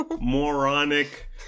Moronic